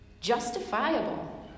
justifiable